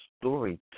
story